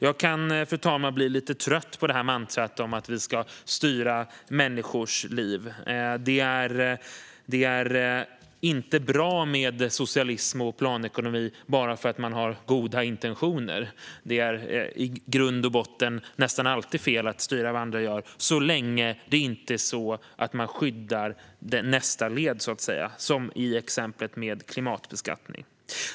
Jag kan, fru talman, bli lite trött på mantrat att vi ska styra människors liv. Det är inte bra med socialism och planekonomi bara för att man har goda intentioner. Det är i grund och botten nästan alltid fel att styra vad andra gör, så länge det inte handlar om att man skyddar nästa led, så att säga, som i exemplet med klimatbeskattning.